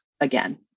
again